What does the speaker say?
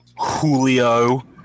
Julio